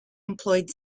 employed